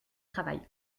travail